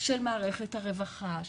של מערכת הרווחה,